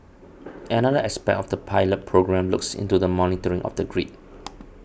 another aspect of the pilot programme looks into the monitoring of the grid